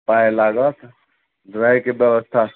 पाइ लागत रहैके व्यवस्था